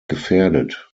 gefährdet